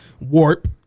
warp